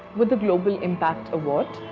with the global impact award,